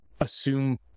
assume